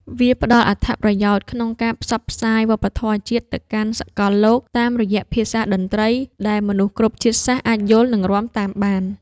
វាផ្ដល់អត្ថប្រយោជន៍ក្នុងការផ្សព្វផ្សាយវប្បធម៌ជាតិទៅកាន់សកលលោក តាមរយៈភាសាតន្ត្រីដែលមនុស្សគ្រប់ជាតិសាសន៍អាចយល់ និងរាំតាមបាន។